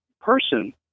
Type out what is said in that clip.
person